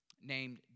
named